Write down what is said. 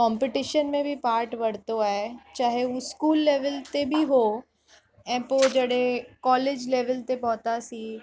competition में बि part वरितो आहे चाहे हू स्कूल लेवल ते बि हो ऐं पोइ जॾहिं कॉलेज लेवल पहुतासीं